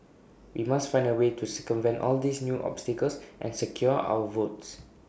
we must find A way to circumvent all these new obstacles and secure our votes